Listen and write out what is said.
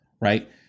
right